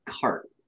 cart